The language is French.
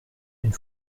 une